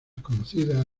conocidas